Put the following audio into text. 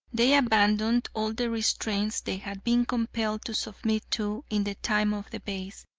they abandoned all the restraints they had been compelled to submit to in the time of the beys,